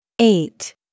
eight